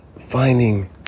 Finding